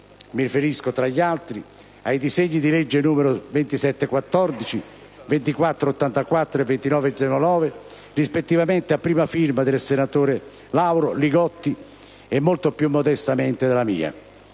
Mi riferisco, tra gli altri, ai disegni di legge nn. 2714, 2484 e 2909, rispettivamente a prima firma dei senatori Lauro, Li Gotti e - molto più modestamente - mia;